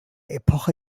epoche